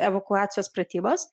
evakuacijos pratybos